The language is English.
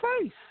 face